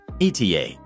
eta